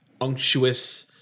unctuous